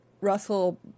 Russell